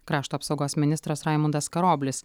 krašto apsaugos ministras raimundas karoblis